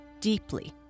deeply